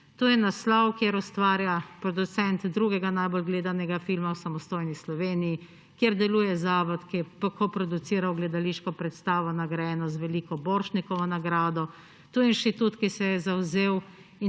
To je naslov, kjer ustvarja producent drugega najbolj gledanega filma o samostojni Sloveniji, kjer deluje zavod, ki je koproduciral gledališko predstavo, nagrajeno z veliko Borštnikovo nagrado, tu je inštitut, ki se je zavzel